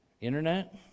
internet